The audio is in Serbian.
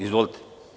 Izvolite.